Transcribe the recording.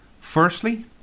firstly